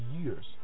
years